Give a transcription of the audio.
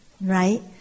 Right